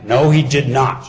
know he did not